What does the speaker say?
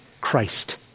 Christ